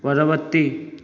ପରବର୍ତ୍ତୀ